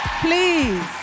please